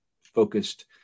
focused